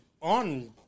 on